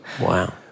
Wow